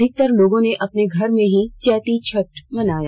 अधिकतर लोगों ने अपने घर में ही चैती छठ मनाया